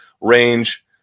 range